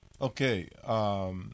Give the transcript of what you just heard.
Okay